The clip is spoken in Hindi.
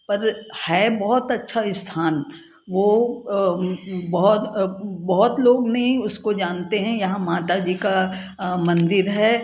पर है बहुत अच्छा स्थान वो बहुत बहुत लोग नहीं उसको जानते हैं यहाँ माता जी का मंदिर है